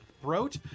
throat